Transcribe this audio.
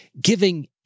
giving